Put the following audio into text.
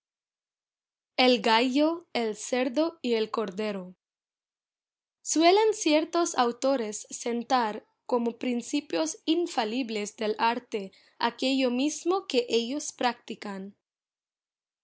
gallo el cerdo y el cordero suelen ciertos autores sentar como principios infalibles del arte aquello mismo que ellos practican